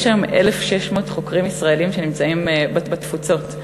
יש היום 1,600 חוקרים ישראלים שנמצאים בתפוצות,